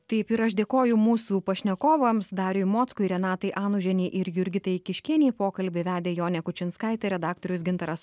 taip ir aš dėkoju mūsų pašnekovams dariui mockui renatai anužienei ir jurgitai kiškienei pokalbį vedė jonė kučinskaitė redaktorius gintaras